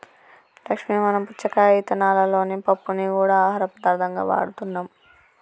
లక్ష్మీ మనం పుచ్చకాయ ఇత్తనాలలోని పప్పుని గూడా ఆహార పదార్థంగా వాడుతున్నాం